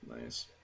Nice